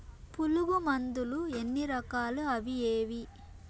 పులుగు మందులు ఎన్ని రకాలు అవి ఏవి?